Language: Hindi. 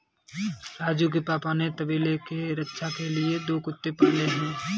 राजू के पापा ने तबेले के रक्षा के लिए दो कुत्ते पाले हैं